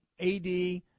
AD